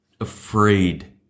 afraid